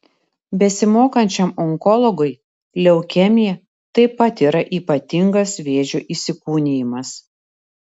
besimokančiam onkologui leukemija taip pat yra ypatingas vėžio įsikūnijimas